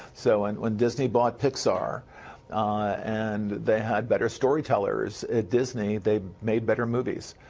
so and when disney bought pixar and they had better story-tellers at disney, they made better movies.